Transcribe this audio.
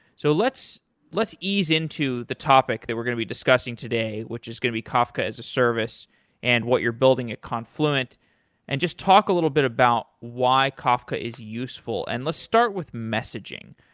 so let's let's ease into the topic that we're going to be discussing today, which is going to be kafka as a service and what you're building at confluent and just talk a little bit about why kafka is useful, and let's start with messaging.